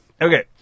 Okay